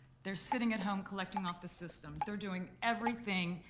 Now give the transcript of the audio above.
they're sitting at home collecting off the system. they're doing everything,